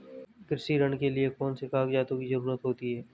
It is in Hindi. कृषि ऋण के लिऐ कौन से कागजातों की जरूरत होती है?